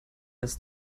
das